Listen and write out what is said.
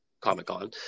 comic-con